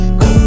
go